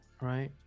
right